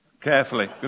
Carefully